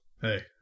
Hey